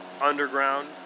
underground